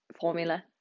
formula